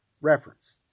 reference